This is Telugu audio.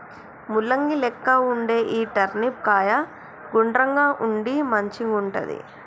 ముల్లంగి లెక్క వుండే ఈ టర్నిప్ కాయ గుండ్రంగా ఉండి మంచిగుంటది